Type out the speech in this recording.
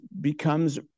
becomes